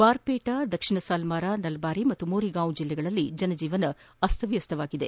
ಬಾರ್ಪೇಟಾ ದಕ್ಷಿಣ ಸಲ್ಲಾರಾ ನಲ್ಲಾರಿ ಮತ್ತು ಮೋರಿಗಾವ್ ಜಿಲ್ಲೆಗಳಲ್ಲಿ ಜನಜೀವನ ಅಸ್ತವ್ಲಸ್ತವಾಗಿದೆ